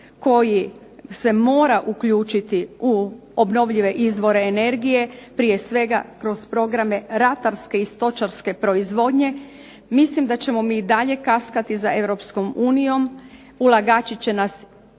koji se mora uključiti u obnovljive izvore energije prije svega kroz programe ratarske i stočarske proizvodnje, mislim da ćemo i mi dalje kaskati za Europskom unijom, ulagači će nas ili